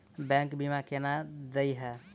Bank बीमा केना देय है?